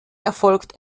erfolgt